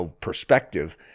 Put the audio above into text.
perspective